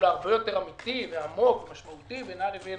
פעולה הרבה יותר משמעותי ועמוק בינה לבין